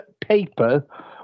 paper